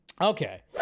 Okay